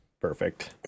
Perfect